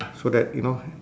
so that you know